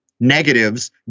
negatives